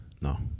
No